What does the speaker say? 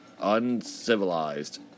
Uncivilized